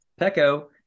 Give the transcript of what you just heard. Pecco